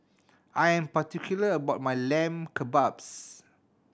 I'm particular about my Lamb Kebabs